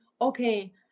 okay